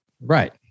Right